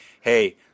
Hey